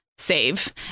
save